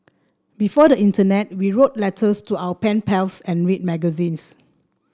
before the internet we wrote letters to our pen pals and read magazines